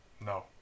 No